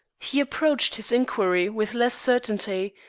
he approached his inquiry with less certainty,